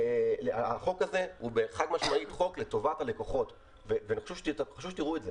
החוק הזה הוא חד משמעית חוק לטובת הלקוחות וחשוב שתראו את זה.